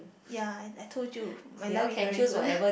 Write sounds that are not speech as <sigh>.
ya and I told you my life is very good <breath>